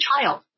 child